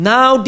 Now